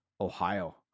Ohio